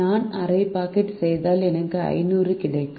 நான் அரை பாக்கெட் செய்தால் எனக்கு 500 கிடைக்கும்